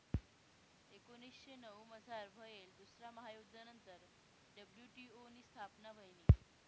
एकोनीसशे नऊमझार व्हयेल दुसरा महायुध्द नंतर डब्ल्यू.टी.ओ नी स्थापना व्हयनी